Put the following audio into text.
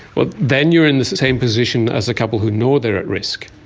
but then you're in the same position as a couple who know they are at risk,